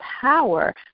power